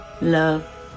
love